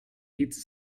pizza